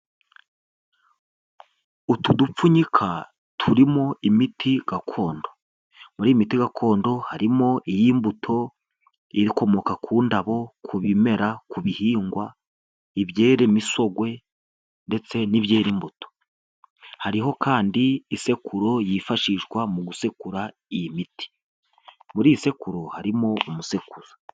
Utu dupfunyika turimo imiti gakondo, muri iyi imiti gakondo harimo iyi mbuto, ikomoka ku ndabo, ku bimera, ku bihingwa, ibyera imisogwe ndetse n'ibyera imbuto, hariho kandi isekuru yifashishwa mu gusekura iyi miti, muri iyi isekuru harimo umusekuzo.